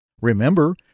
Remember